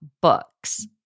books